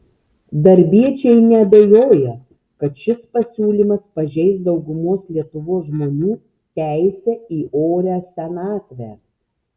darbiečiai neabejoja kad šis pasiūlymas pažeis daugumos lietuvos žmonių teisę į orią senatvę